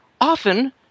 often